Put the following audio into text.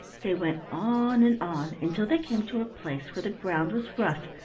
they went on and on, until they came to a place where the ground was rough,